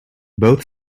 both